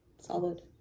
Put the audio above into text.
Solid